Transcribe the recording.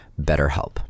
BetterHelp